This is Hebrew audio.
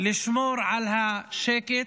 לשמור על השקט,